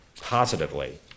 positively